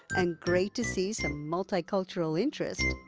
and great to see some multicultural interest.